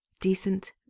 decent